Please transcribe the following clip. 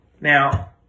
Now